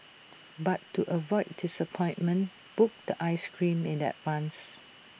but to avoid disappointment book the Ice Cream in advance